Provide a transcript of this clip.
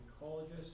psychologist